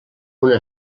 una